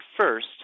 first